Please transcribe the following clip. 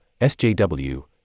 SJW